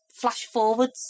flash-forwards